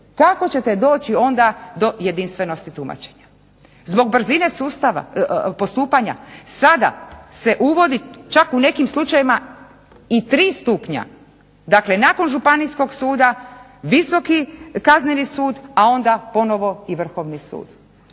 Kada ćete doći onda do jedinstvenosti tumačenja? Zbog brzine postupanja sada se uvodi čak u nekim slučajevima i tri stupanja, dakle nakon županijskog suda Visoki kazneni sud, a onda ponovo i Vrhovni sud.